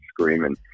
screaming